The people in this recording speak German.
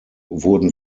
wurden